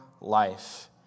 life